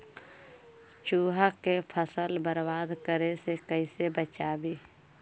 चुहा के फसल बर्बाद करे से कैसे बचाबी?